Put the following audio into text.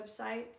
website